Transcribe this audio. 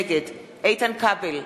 נגד איתן כבל,